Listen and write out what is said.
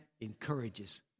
encourages